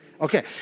Okay